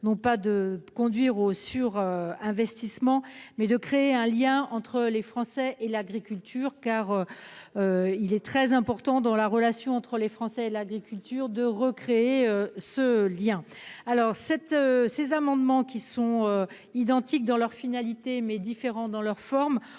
non pas de conduire au sur investissement mais de créer un lien entre les Français et l'agriculture car. Il est très important dans la relation entre les Français et l'agriculture de recréer ce lien. Alors cette ces amendements qui sont identiques dans leur finalité mais différents dans leur forme